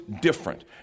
different